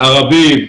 ערבים,